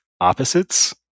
opposites